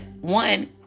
one